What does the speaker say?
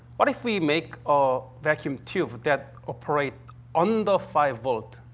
what if we make a vacuum tube that operate under five volts,